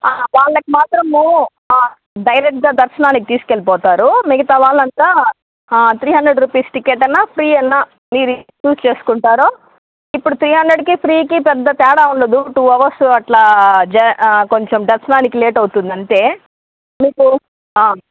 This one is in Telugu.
వాళ్ళకి మాత్రము డైరెక్ట్గా దర్శనానికి తీసుకెళ్ళిపోతారు మిగతా వాళ్లంతా త్రీ హండ్రెడ్ రూపీస్ టికెట్ అన్నా ఫ్రీ అన్నా మీరు యూజ్ చేసుకుంటారో ఇప్పుడు త్రీ హండ్రెడ్కి ఫ్రీకి పెద్ద తేడా ఉండదు టూ అవర్సు అట్లా కొంచెం దర్శనానికి లేట్ అవుతుంది అంతే మీకు ఆ